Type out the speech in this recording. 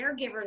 caregiver